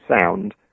sound